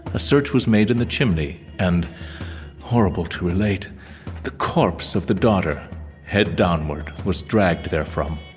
a search was made in the chimney and horrible to relate the corpse of the daughter head downward was dragged therefrom